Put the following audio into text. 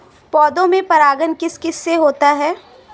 पौधों में परागण किस किससे हो सकता है?